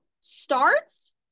starts